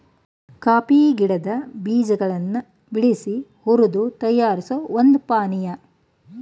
coffee ಗಿಡದ್ ಬೀಜಗಳನ್ ಬಿಡ್ಸಿ ಹುರ್ದು ತಯಾರಿಸೋ ಒಂದ್ ಪಾನಿಯಾ